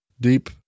deep